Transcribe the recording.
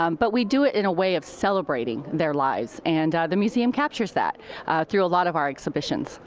um but we do it in a way of celebrating their lives and the museum captures that through a lot of our exhibitions.